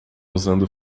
usando